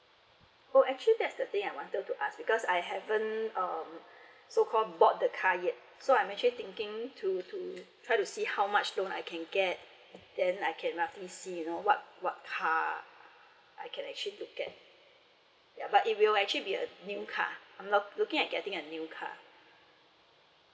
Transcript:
oh actually that's the thing I wanted to ask because I haven't um so call bought the car yet so I'm actually thinking to to try to see how much loan I can get then I can roughly see you know what what car I can actually look at ya but it will actually be a new car i'm lo~ I'm looking at getting a new car